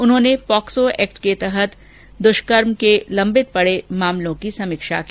उन्होंने POCSO act सहित दुष्कर्मे के लंबित पड़े मामलों की समीक्षा की